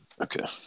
Okay